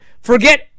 forget